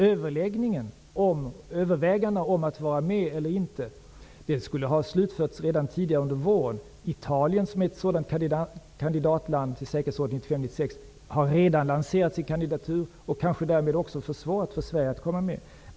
Övervägandena om huruvida vi skall vara med eller inte borde ha slutförts redan under våren. Italien, som är ett kandidatland till säkerhetsrådet 1995-- 1996, har redan lanserat sin kandidatur och kanske därmed också gjort det svårt för Sverige att komma med.